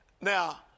Now